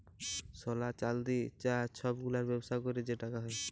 সলা, চাল্দি, চাঁ ছব গুলার ব্যবসা ক্যইরে যে টাকা হ্যয়